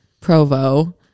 Provo